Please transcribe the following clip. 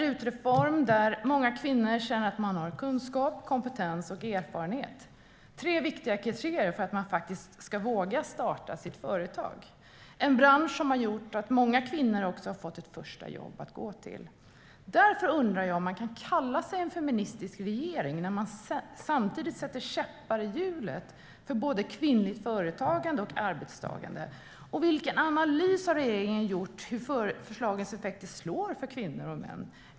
RUT-reformen innebär att många kvinnor känner att de har kunskap, kompetens och erfarenhet, vilket är tre viktiga kriterier för att man faktiskt ska våga starta ett företag. Det är en bransch som har gjort att många kvinnor också har fått ett första jobb att gå till. Därför undrar jag om man kan kalla sig en feministisk regering när man samtidigt sätter käppar i hjulet för både kvinnligt företagande och arbetstagande. Vilka analyser har regeringen gjort av hur förslagets effekter slår för kvinnor och män?